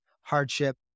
hardship